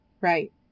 Right